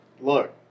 look